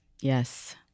Yes